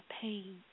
pain